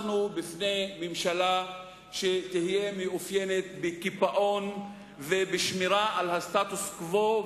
אנחנו עומדים לפני ממשלה שתתאפיין בקיפאון ובשמירה על הסטטוס-קוו,